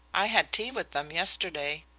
i had tea with them yesterday.